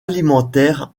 alimentaire